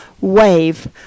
wave